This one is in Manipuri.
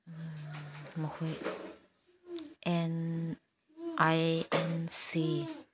ꯃꯈꯣꯏ ꯑꯦꯟ ꯑꯥꯏ ꯑꯦꯟ ꯁꯤ